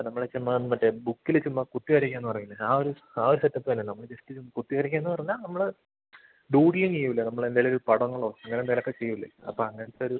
നമ്മളെ ചുമ്മാ മറ്റേ ബുക്കിൽ ചുമ്മാ കുത്തി വരക്കുക എന്ന് പറയില്ലേ ആ ഒരു ആ ഒരു സെറ്റപ്പ് തന്നെ നമ്മൾ ജസ്റ്റ് കുത്തി വരയ്ക്കുക എന്ന് പറഞ്ഞാൽ നമ്മൾ ഡൂഗിളിങ്ങ് ചെയ്യില്ലേ നമ്മൾ എന്തെങ്കിലും ഒരു പടങ്ങളോ അങ്ങനെ എന്തെങ്കിലുമൊക്കെ ചെയ്യൂലെ അപ്പം അങ്ങനത്തെ ഒരു